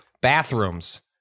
Bathrooms